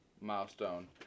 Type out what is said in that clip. milestone